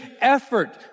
effort